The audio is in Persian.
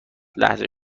لحظه